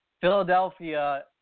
Philadelphia